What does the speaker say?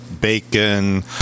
bacon